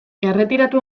erretiratu